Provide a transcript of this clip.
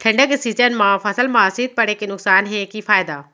ठंडा के सीजन मा फसल मा शीत पड़े के नुकसान हे कि फायदा?